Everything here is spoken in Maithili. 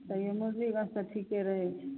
तैओ मुरलीगञ्ज से ठीके रहैत छै